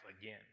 again